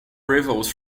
rivals